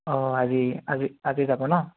অঁ আজি আজি আজি যাব ন